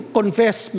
confess